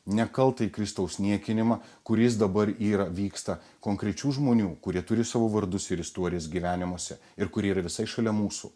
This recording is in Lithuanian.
nekaltąjį kristaus niekinimą kuris dabar yra vyksta konkrečių žmonių kurie turi savo vardus ir istorijas gyvenimuose ir kurie yra visai šalia mūsų